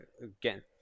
again